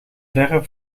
verre